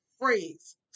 phrase